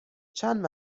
چند